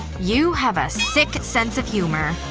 you have a sick sense of humor.